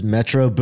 Metro